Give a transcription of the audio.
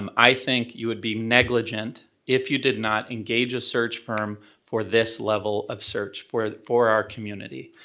um i think you would be negligent if you did not engage a search firm for this level of search for for our community.